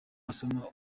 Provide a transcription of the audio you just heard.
wasoma